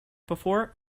before